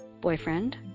boyfriend